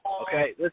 Okay